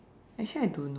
actually I don't know